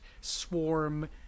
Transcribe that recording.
swarm